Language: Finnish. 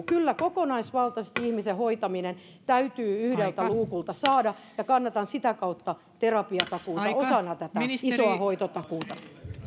kyllä kokonaisvaltaisesti ihmisen hoitaminen täytyy yhdeltä luukulta saada ja kannatan sitä kautta terapiatakuuta osana tätä isoa hoitotakuuta